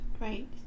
Right